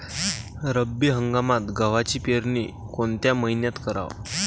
रब्बी हंगामात गव्हाची पेरनी कोनत्या मईन्यात कराव?